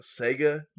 Sega